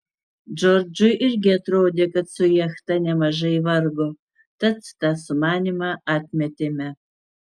džordžui irgi atrodė kad su jachta nemažai vargo tad tą sumanymą atmetėme